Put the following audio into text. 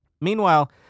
Meanwhile